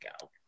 go